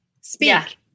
speak